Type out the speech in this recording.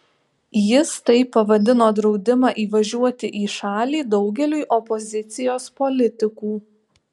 jis taip pavadino draudimą įvažiuoti į šalį daugeliui opozicijos politikų